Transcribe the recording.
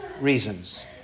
reasons